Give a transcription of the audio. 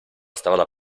strada